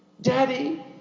Daddy